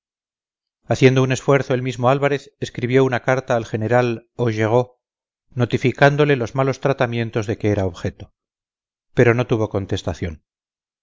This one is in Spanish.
haciendo un esfuerzo el mismo álvarez escribió una carta al general augereau notificándole los malos tratamientos de que era objeto pero no tuvo contestación